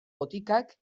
botikak